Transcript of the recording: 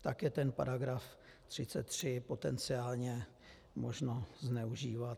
Tak je ten § 33 potenciálně možno zneužívat.